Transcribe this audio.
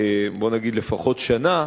בוא נגיד לפחות שנה,